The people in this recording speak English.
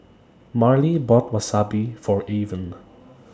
Marlie bought Wasabi For Avon